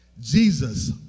Jesus